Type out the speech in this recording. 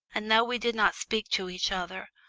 and though we did not speak to each other,